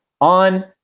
on